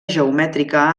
geomètrica